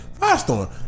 Firestorm